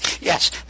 Yes